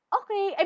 okay